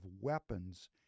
weapons